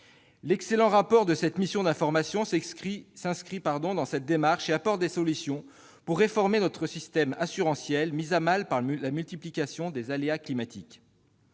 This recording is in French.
L'excellent rapport de la mission d'information s'inscrit dans cette démarche et apporte des solutions pour réformer notre système assurantiel, mis à mal par la multiplication des aléas climatiques,